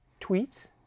tweets